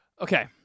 Okay